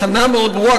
הבחנה מאוד ברורה,